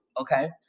Okay